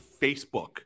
Facebook